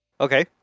Okay